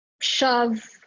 shove